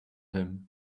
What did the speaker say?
him